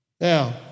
Now